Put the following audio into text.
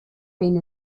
been